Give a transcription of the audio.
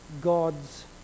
God's